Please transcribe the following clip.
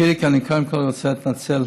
חיליק, אני קודם כול רוצה להתנצל.